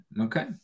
okay